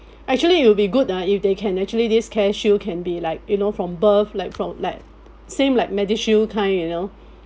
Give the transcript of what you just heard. actually it'll be good ah if they can actually this careshield can be like you know from birth like from like same like medishield kind you know